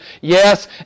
yes